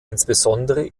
insbesondere